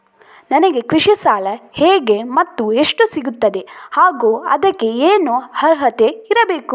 ನನಗೆ ಕೃಷಿ ಸಾಲ ಹೇಗೆ ಮತ್ತು ಎಷ್ಟು ಸಿಗುತ್ತದೆ ಹಾಗೂ ಅದಕ್ಕೆ ಏನು ಅರ್ಹತೆ ಇರಬೇಕು?